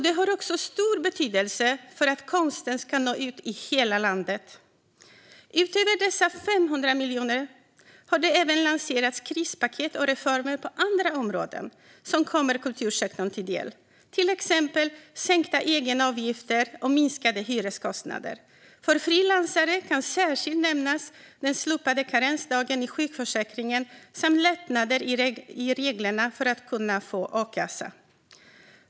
Det har också stor betydelse för att konsten ska nå ut till hela landet. Utöver dessa 500 miljoner kronor har det lanserats krispaket och reformer på andra områden som kommer kultursektorn till del, till exempel sänkta egenavgifter och minskade hyreskostnader. För frilansare kan särskilt nämnas den slopade karensdagen i sjukförsäkringen samt lättnader i reglerna för att kunna få a-kassa.